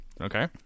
okay